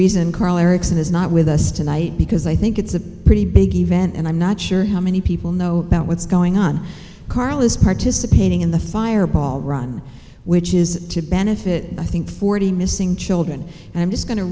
reason carl erickson is not with us tonight because i think it's a pretty big event and i'm not sure how many people know about what's going on carl is participating in the fireball run which is to benefit i think forty missing children and i'm just go